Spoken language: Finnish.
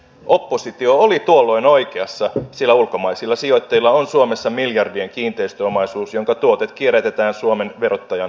oppositio oli tuolloin oikeassa sillä ulkomaisilla sijoittajilla on suomessa miljardien kiinteistöomaisuus jonka tuotot kierrätetään suomen verottajan ulottumattomiin